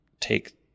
take